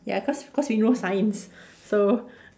ya cause cause we know science so